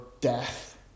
death